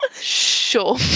sure